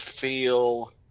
feel